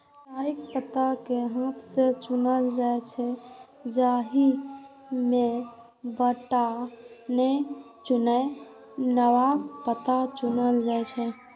चायक पात कें हाथ सं चुनल जाइ छै, जाहि मे सबटा नै किछुए नवका पात चुनल जाइ छै